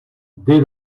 dès